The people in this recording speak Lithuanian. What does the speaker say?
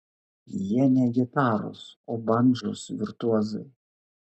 jie ne gitaros o bandžos virtuozai